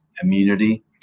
immunity